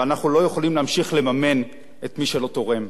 ואנחנו לא יכולים להמשיך לממן את מי שלא תורם.